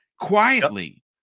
quietly